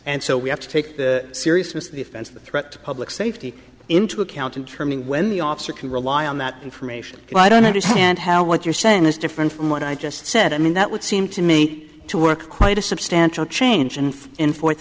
and so we have to take the seriousness of the offense of the threat to public safety into account to determine when the officer can rely on that information and i don't understand how what you're saying is different from what i just said i mean that would seem to me to work quite a substantial change and in fourth